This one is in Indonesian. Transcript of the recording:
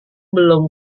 belum